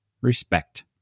respect